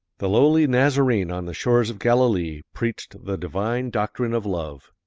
the lowly nazarene on the shores of galilee preached the divine doctrine of love,